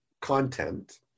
content